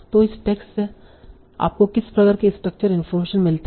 तो इस टेक्स्ट से आपको किस प्रकार की स्ट्रक्चर इनफार्मेशन मिलती है